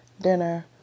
dinner